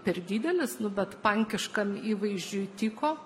per didelis nu bet pankiškam įvaizdžiui tiko